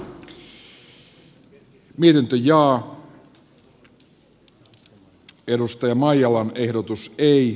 kannatan edustaja mölsän tekemää esitystä